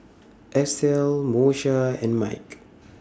Estell Moesha and Mike